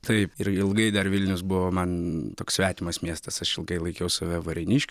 taip ir ilgai dar vilnius buvo man toks svetimas miestas aš ilgai laikiau save varėniškiu